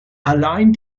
allein